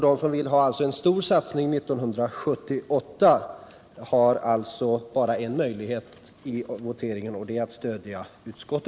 Den som vill ha en stor satsning 1978 har alltså bara en möjlighet i voteringen, och det är att stödja utskottet.